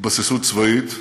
התבססות צבאית,